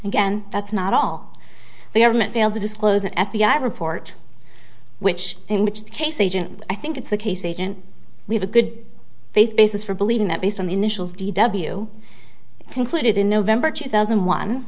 again that's not all the government failed to disclose an f b i report which in which case agent i think it's a case agent we have a good faith basis for believing that based on the initials d w concluded in november two thousand and one